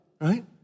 Right